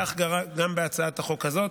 כך קרה גם בהצעת החוק הזאת.